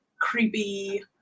creepy